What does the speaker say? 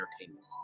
entertainment